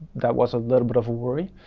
that was a little bit of a worry.